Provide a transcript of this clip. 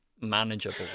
manageable